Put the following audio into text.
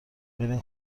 برین